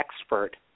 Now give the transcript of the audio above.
expert